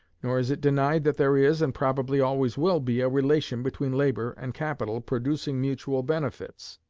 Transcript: nor is it denied that there is, and probably always will be, a relation between labor and capital, producing mutual benefits.